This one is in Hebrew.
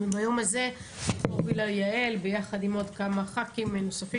ביום הזה הובילה יעל ביחד עם עוד כמה חברי כנסת נוספים,